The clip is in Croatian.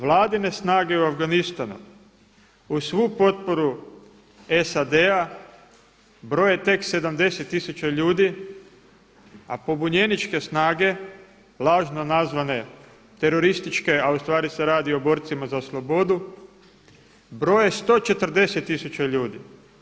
Vladine snage u Afganistanu uz svu potporu SAD-a broje tek 70 tisuća ljudi a pobunjeničke snage lažno zazvane terorističke a ustvari se radi o borcima za slobodu broje 140 tisuća ljudi.